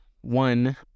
one